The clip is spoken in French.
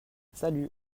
salut